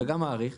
וגם מעריך,